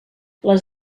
les